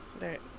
right